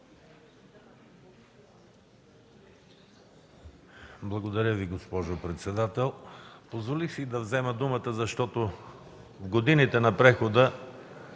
Благодаря Ви, госпожо председател. Позволих си да взема думата, защото в годините на прехода